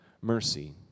mercy